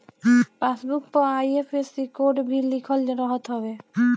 passbook पअ IFSC code भी लिखल रहत हवे